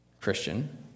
Christian